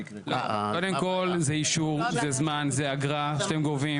קודם כל זה אישור, זה זמן, זה אגרה שאתם גובים.